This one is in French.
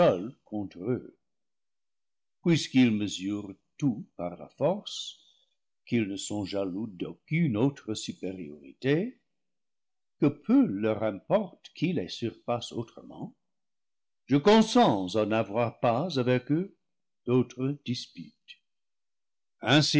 contre eux puisqu'ils mesurent tout par la force qu'ils ne sont jaloux d'aucune autre supériorité que peu leur im porte qui les surpasse autrement je consens à n'avoir pas avec eux d'autre dispute ainsi